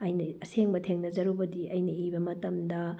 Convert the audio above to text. ꯑꯩꯅ ꯑꯁꯦꯡꯕ ꯊꯦꯡꯅꯖꯔꯨꯕꯗꯤ ꯑꯩꯅ ꯏꯕ ꯃꯇꯝꯗ